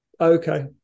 okay